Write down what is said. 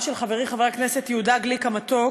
של חברי חבר הכנסת יהודה גליק המתוק.